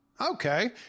okay